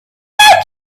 from